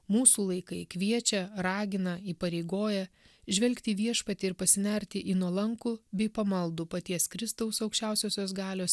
mūsų laikai kviečia ragina įpareigoja žvelgti į viešpatį ir pasinerti į nuolankų bei pamaldų paties kristaus aukščiausiosios galios